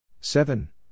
seven